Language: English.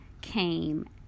came